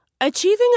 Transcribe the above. Achieving